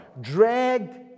dragged